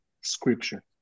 scripture